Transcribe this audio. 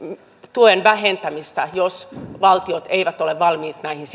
tuen vähentämistä jos valtiot eivät ole valmiit näihin